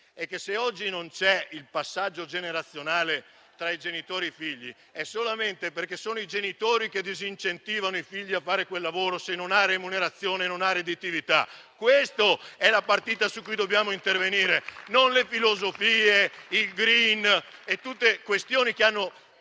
che se oggi non c'è il passaggio generazionale tra i genitori e i figli, è solamente perché i genitori disincentivano i figli a fare quel lavoro se non ha remunerazione e redditività. Questa è la partita su cui dobbiamo intervenire, non sulle filosofie come il *green* che hanno